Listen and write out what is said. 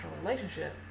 relationship